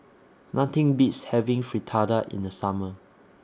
Nothing Beats having Fritada in The Summer